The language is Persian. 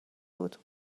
بود